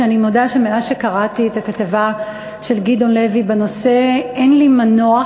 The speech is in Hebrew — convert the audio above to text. שאני מודה שמאז שקראתי את הכתבה של גדעון לוי בנושא אין לי מנוח,